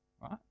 right